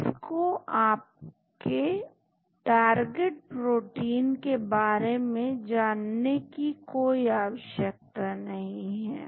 इसको आपके target protein के बारे में जानने की कोई आवश्यकता नहीं है